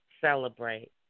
celebrate